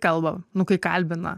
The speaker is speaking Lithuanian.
kalba nu kai kalbina